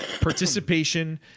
participation